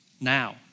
now